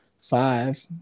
five